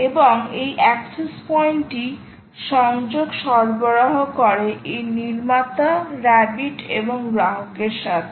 এবং এই অ্যাক্সেস পয়েন্টটি সংযোগ সরবরাহ করে এই নির্মাতা রাবিট এবং গ্রাহকের সাথে